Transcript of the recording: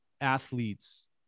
athletes